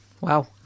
Wow